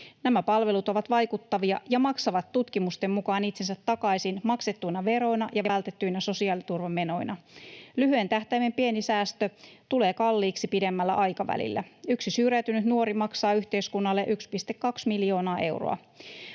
Nämä palvelut ovat vaikuttavia ja maksavat tutkimusten mukaan itsensä takaisin maksettuina veroina ja vältettyinä sosiaaliturvamenoina. Lyhyen tähtäimen pieni säästö tulee kalliiksi pidemmällä aikavälillä. Yksi syrjäytynyt nuori maksaa yhteiskunnalle 1,2 miljoonaa euroa.